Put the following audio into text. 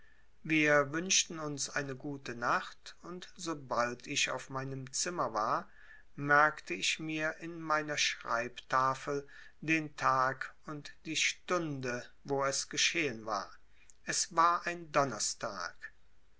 wir wünschten uns eine gute nacht und sobald ich auf meinem zimmer war merkte ich mir in meiner schreibtafel den tag und die stunde wo es geschehen war es war ein donnerstag